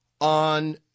on